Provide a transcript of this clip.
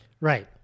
Right